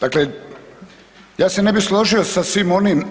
Dakle, ja se ne bi složio sa svima onim